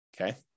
okay